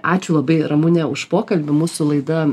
ačiū labai ramune už pokalbį mūsų laida